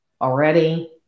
already